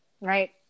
right